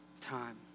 time